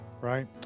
right